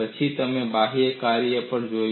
પછી તમે બાહ્ય કાર્ય પણ જોયું